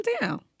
down